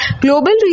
Global